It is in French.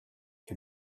que